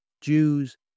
Jews